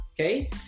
okay